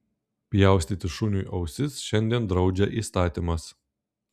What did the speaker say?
pjaustyti šuniui ausis šiandien draudžia įstatymas